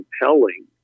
compelling